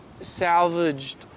salvaged